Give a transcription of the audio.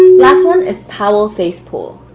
last one is towel face pull,